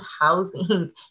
housing